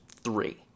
three